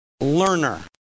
learner